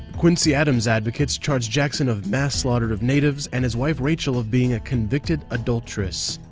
quincy adams advocates charged jackson of mass slaughter of natives and his wife rachel of being a convicted adulteress.